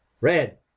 Red